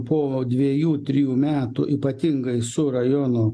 po dviejų trijų metų ypatingai su rajonų